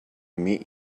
meet